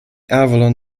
avalon